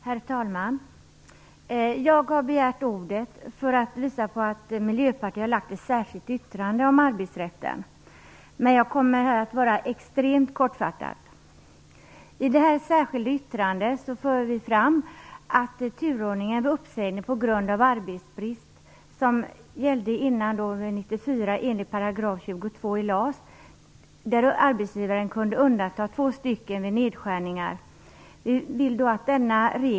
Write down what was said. Herr talman! Jag har begärt ordet för att peka på att Miljöpartiet har avgivit ett särskilt yttrande om arbetsrätten. Jag kommer att vara extremt kortfattad. I detta särskilda yttrande anför vi att man bör återgå till den turordning vid uppsägning på grund av arbetsbrist som gällde under år 1994 enligt 22 § LAS och som innebar att arbetsgivaren kunde undanta två anställda vid nedskärningar.